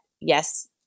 yes